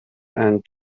and